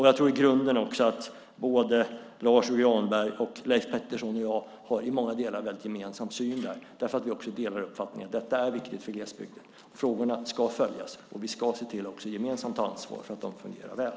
Jag tror i grunden att Lars U Granberg, Leif Pettersson och jag i många delar har en gemensam syn på detta. Vi delar uppfattningen att detta är viktigt för glesbygden. Frågorna ska följas, och vi ska se till att också gemensamt ta ansvar för att de fungerar väl.